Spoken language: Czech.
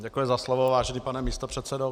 Děkuji za slovo, vážený pane místopředsedo.